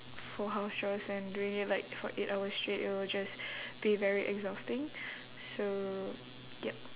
for house chores and doing it like for eight hours straight it will just be very exhausting so yup